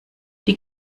die